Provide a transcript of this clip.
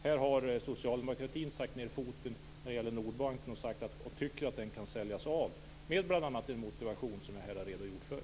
Här har socialdemokratin satt ned foten när det gäller Nordbanken och tycker att den kan säljas, bl.a. med den motivering som jag här har redogjort för.